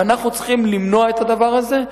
ואנחנו צריכים למנוע את הדבר הזה,